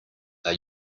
are